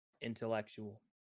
intellectual